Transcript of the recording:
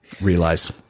Realize